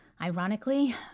Ironically